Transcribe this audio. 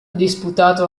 disputato